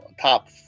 top